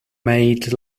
made